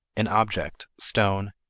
an object, stone,